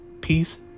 Peace